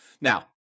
Now